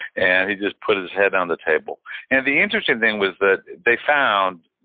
and he just put his head on the table and the interesting thing was that they found,